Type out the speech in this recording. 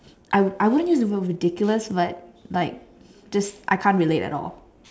I I won't be ridiculous but like this I can't relate at all